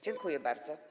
Dziękuję bardzo.